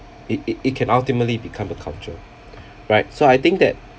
it it it can ultimately become a culture right so I think that